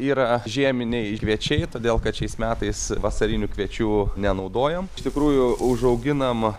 yra žieminiai kviečiai todėl kad šiais metais vasarinių kviečių nenaudojom iš tikrųjų užauginam